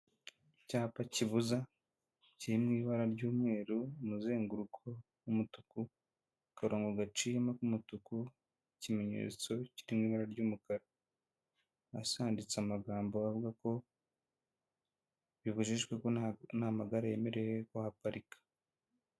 Icyapa kibuza kiri mu ibara ry'umweru muzenguruko w'umutuku' akarongo gacamo k'umutuku n'ikimenyetso k'ibabara ry'umukara handitse amagambo avuga ko bibujijwe ko nta magare yemerewe kuhaparika.